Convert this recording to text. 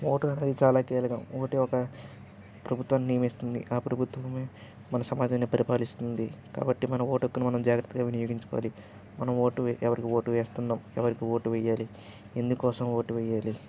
vote అనేది చాలా కీలకం ఓటు ఒక ప్రభుత్వాన్ని నియమిస్తుంది ఆ ప్రభుత్వమే మన సమాజాన్ని పరిపాలిస్తుంది కాబట్టి మన ఓటు హక్కుని మనం జాగ్రత్తగా వినియోగించుకోవాలి మనం ఓటు ఎవరికి ఓటు వేస్తున్నాము ఎవరికి ఓటు వేయాలి ఎందుకోసం ఓటు వేయాలి